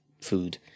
food